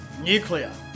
Nuclear